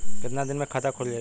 कितना दिन मे खाता खुल जाई?